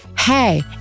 Hey